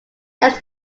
next